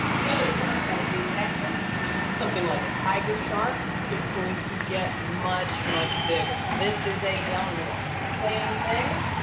the other sharks i do have, is something like a tiger shark, it's going to get and much, much bigger. this is a young one. same thing